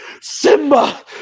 Simba